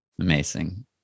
Amazing